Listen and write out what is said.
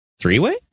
three-way